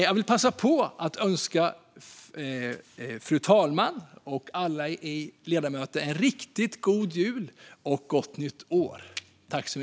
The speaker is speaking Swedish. Jag vill passa på att önska fru talmannen och alla ledamöter en riktigt god jul och ett gott nytt år.